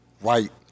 right